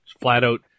flat-out